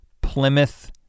Plymouth